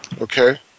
Okay